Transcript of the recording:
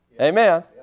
Amen